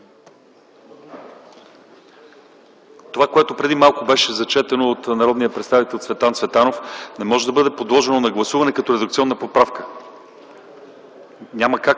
Това, което преди малко беше прочетено от народния представител Цветан Цветанов, не може да бъде подложено на гласуване като редакционна поправка. Има ли